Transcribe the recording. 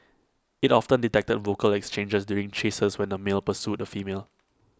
IT often detected vocal exchanges during chases when A male pursued A female